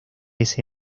ese